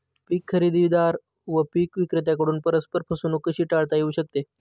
पीक खरेदीदार व पीक विक्रेत्यांकडून परस्पर फसवणूक कशी टाळता येऊ शकते?